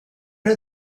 are